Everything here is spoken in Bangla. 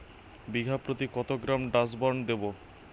বিঘাপ্রতি কত গ্রাম ডাসবার্ন দেবো?